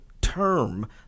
term